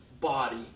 body